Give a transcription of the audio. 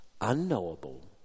unknowable